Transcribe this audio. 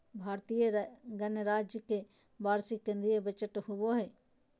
भारतीय गणराज्य के वार्षिक केंद्रीय बजट होबो हइ